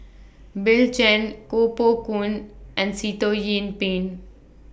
Bill Chen Koh Poh Koon and Sitoh Yih Pin